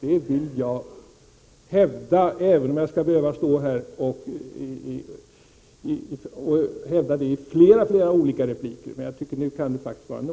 Det vill jag hävda, även om jag skall behöva stå här och säga det i flera olika repliker. Men jag tycker att nu kan det faktiskt vara nog.